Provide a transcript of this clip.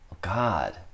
God